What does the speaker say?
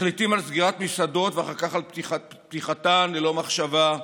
מחליטים על סגירת מסעדות ואחר כך על פתיחתן ללא מחשבה,